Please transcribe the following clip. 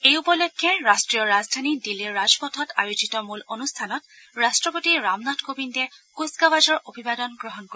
এই উপলক্ষে ৰাষ্ট্ৰীয় ৰাজধানী দিল্লীৰ ৰাজপথত আয়োজিত মূল অনুষ্ঠানত ৰাট্টপতি ৰামনাথ কোবিন্দে কুচকাৱাজৰ অভিবাদন গ্ৰহণ কৰিব